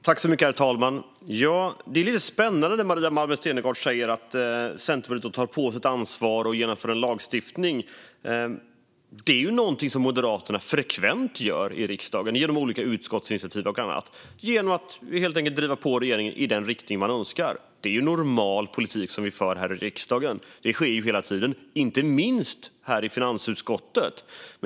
Herr talman! Det är lite spännande när Maria Malmer Stenergard säger att Centerpartiet tar på sig ett ansvar och genomför en lagstiftning. Detta är något som Moderaterna frekvent gör i riksdagen, genom olika utskottsinitiativ och annat och genom att helt enkelt driva på regeringen i den riktning man önskar. Det är normal politik som vi för här i riksdagen; det sker ju hela tiden, inte minst i finansutskottet.